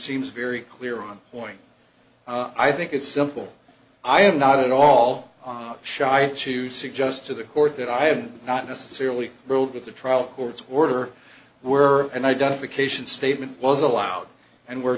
seems very clear on point i think it's simple i have not at all on shy to suggest to the court that i have not necessarily ruled with the trial court's order were an identification statement was allowed and were